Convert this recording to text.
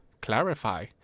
clarify